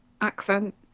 accent